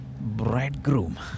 Bridegroom